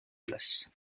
place